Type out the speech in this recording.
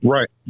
Right